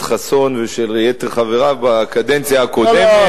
חסון ושל יתר חבריו בקדנציה הקודמת,